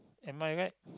am I right